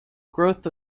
growth